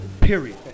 Period